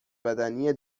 بدنی